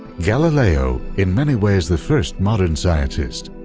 galileo, in many ways the first modern scientist,